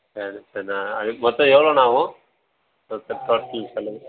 சரி சேரிண்ணா மொத்தம் எவ்வளோண்ண ஆகும் டோட்டல் செலவு